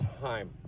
time